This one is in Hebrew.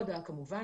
כולם אצלנו,